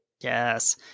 Yes